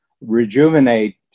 rejuvenate